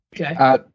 okay